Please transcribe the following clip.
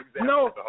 No